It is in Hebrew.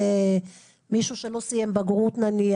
מישהו שלא סיים בגרות נניח,